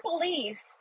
beliefs